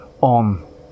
on